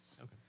Okay